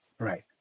Right